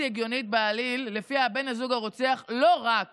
הגיונית בעליל שלפיה בן הזוג הרוצח לא רק